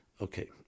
Okay